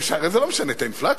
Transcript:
הרי זה לא משנה את האינפלציה.